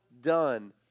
done